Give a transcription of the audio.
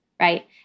right